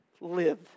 live